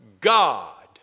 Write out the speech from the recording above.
God